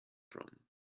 from